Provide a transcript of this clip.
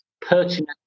pertinent